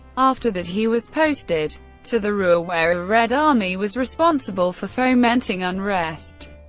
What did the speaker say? after that, he was posted to the ruhr where a red army was responsible for fomenting unrest.